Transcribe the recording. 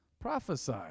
prophesy